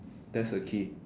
that's the key